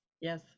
Yes